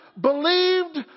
believed